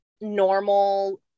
normal